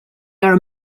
are